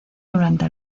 durante